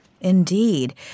Indeed